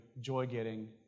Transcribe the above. joy-getting